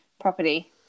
property